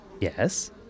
Yes